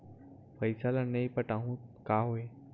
पईसा ल नई पटाहूँ का होही?